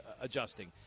Adjusting